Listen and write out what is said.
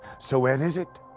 so where is it?